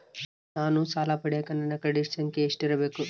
ನಾನು ಸಾಲ ಪಡಿಯಕ ನನ್ನ ಕ್ರೆಡಿಟ್ ಸಂಖ್ಯೆ ಎಷ್ಟಿರಬೇಕು?